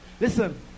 Listen